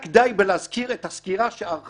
רק די בלהזכיר את הסקירה שערכה